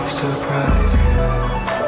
surprises